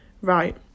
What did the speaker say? Right